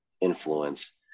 influence